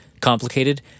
complicated